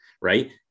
right